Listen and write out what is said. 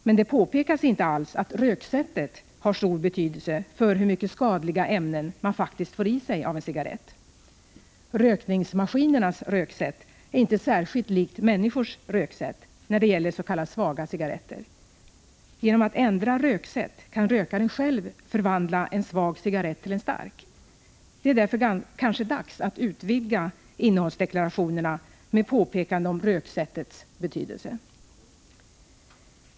Men det påpekas inte alls att röksättet har stor betydelse för hur mycket skadliga ämnen man faktiskt får i sig av en cigarrett. ”Rökningsmaskinernas” röksätt är inte särskilt likt människors röksätt när det gäller s.k. svaga cigarretter. Genom att ändra röksätt kan rökaren själv förvandla en svag cigarrett till en stark. Det är därför kanske dags att utvidga innehållsdeklarationerna med påpekande om röksättets betydelse.